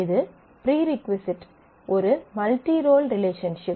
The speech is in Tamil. இது ப்ரீ ரிக்வசைட் ஒரு மல்டி ரோல் ரிலேஷன்ஷிப்